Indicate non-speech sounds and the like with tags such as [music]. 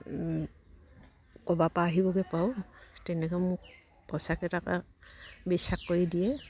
ক'বাপা আহিবগে [unintelligible] তেনেকে মোক [unintelligible] বিশ্বাস কৰি দিয়ে